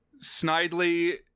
snidely